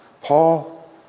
Paul